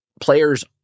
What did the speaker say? players